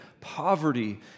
poverty